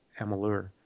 Amalur